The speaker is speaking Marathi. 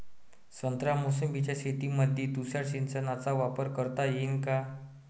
संत्रा मोसंबीच्या शेतामंदी तुषार सिंचनचा वापर करता येईन का?